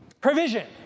provision